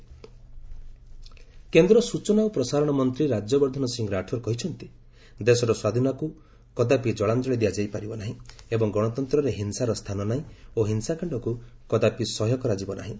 ରାଠୋର ମାନୋରମା କେନ୍ଦ୍ର ସୂଚନା ଓ ପ୍ରସାରଣ ମନ୍ତ୍ରୀ ରାଜ୍ୟବର୍ଦ୍ଧନ ସିଂ ରାଠୋର କହିଛନ୍ତି ଦେଶର ସ୍ୱାଧୀନତାକୁ କଦାପି ଜଳାଞ୍ଚଳି ଦିଆଯାଇପାରିବ ନାହିଁ ଏବଂ ଗଣତନ୍ତ୍ରରେ ହିଂସାର ସ୍ଥାନ ନାହିଁ ଓ ହିଂସାକାଣ୍ଡକୁ କଦାପି ସହ୍ୟ କରାଯିବ ନାହିଁ